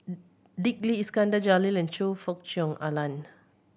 Dick Lee Iskandar Jalil Choe Fook Cheong Alan